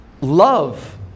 love